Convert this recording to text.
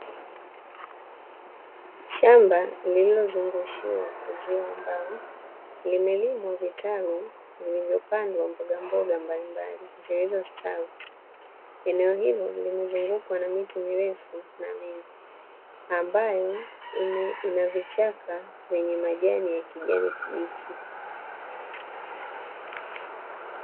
Shamba lililozungushiwa uzio wa mbao limelimwa vitalu vilivyopandwa mbogamboga mbalimbali zilizostawi. Eneo hilo limezungukwa na miti mirefu na mingi ambayo ina vichaka vyenye majani ya kijani kibichi.